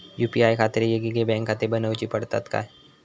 UPI खातीर येगयेगळे बँकखाते बनऊची पडतात काय?